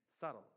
Subtle